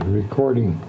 recording